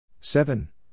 Seven